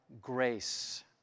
grace